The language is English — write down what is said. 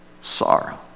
sorrow